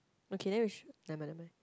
okay then we should never mind never mind